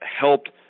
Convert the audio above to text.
helped